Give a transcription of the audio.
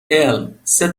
السه